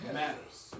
matters